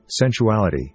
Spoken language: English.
sensuality